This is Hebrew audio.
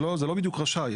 זה לא בדיוק רשאי.